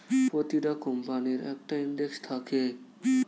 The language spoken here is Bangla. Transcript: প্রতিটা কোম্পানির একটা ইন্ডেক্স থাকে